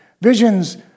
visions